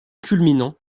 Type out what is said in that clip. culminant